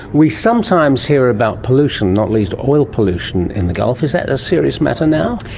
we sometimes hear about pollution, not least oil pollution, in the gulf. is that a serious matter now?